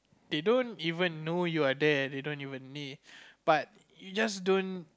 they don't even know you are there they don't even need but you just don't